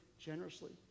generously